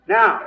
Now